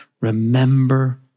Remember